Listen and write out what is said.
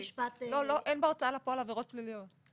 אין בהוצאה לפועל עבירות פליליות.